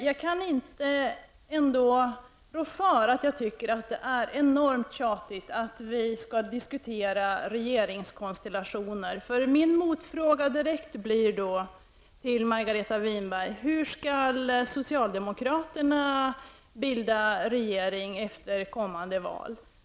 Jag kan ändå inte rå för att jag tycker att det är enormt tjatigt att vi skall diskutera regeringskonstellationer. Min motfråga blir direkt till Margareta Winberg: Hur skall socialdemokraterna bilda regering efter kommande val?